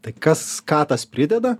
tai kas ką tas prideda